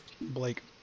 Blake